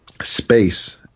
space